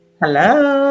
hello